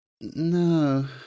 No